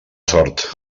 sort